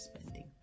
spending